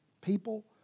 people